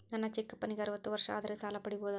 ನನ್ನ ಚಿಕ್ಕಪ್ಪನಿಗೆ ಅರವತ್ತು ವರ್ಷ ಆದರೆ ಸಾಲ ಪಡಿಬೋದ?